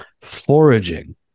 foraging